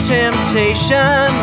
temptation